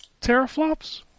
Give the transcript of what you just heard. teraflops